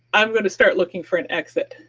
i'm going to start looking for an exit.